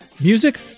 music